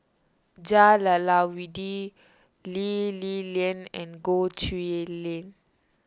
Jah Lelawati Lee Li Lian and Goh Chiew Lye